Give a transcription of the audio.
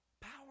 Power